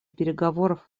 переговоров